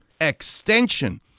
Extension